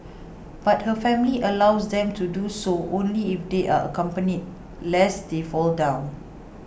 but her family allows them to do so only if they are accompanied lest they fall down